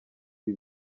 ibi